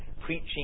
preaching